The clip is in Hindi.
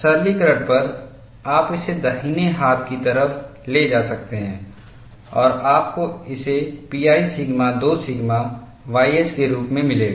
सरलीकरण पर आप इसे दाहिने हाथ की तरफ ले जा सकते हैं और आपको इसे pi सिग्मा 2 सिग्मा ys के रूप में मिलेगा